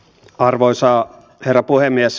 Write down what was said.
arvoisa herra puhemies